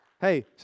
Hey